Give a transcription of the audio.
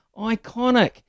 Iconic